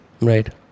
Right